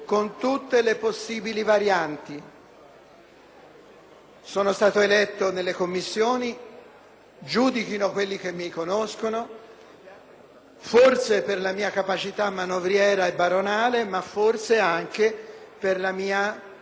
sono stato eletto nelle commissioni - giudichino quelli che mi conoscono - forse per la mia capacità manovriera e baronale, ma forse anche per l'immagine di onestà che avevo presso i colleghi.